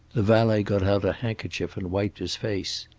the valet got out a handkerchief and wiped his face.